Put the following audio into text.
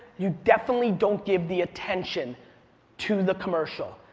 you definitely don't give the attention to the commercial.